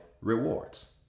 rewards